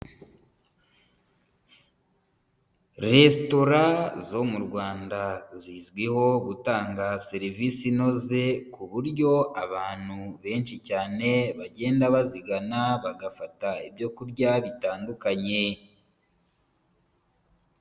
Resitora zo mu Rwanda zizwiho gutanga serivisi inoze, ku buryo abantu benshi cyane bagenda bazigana bagafata ibyo kurya bitandukanye.